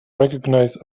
recognize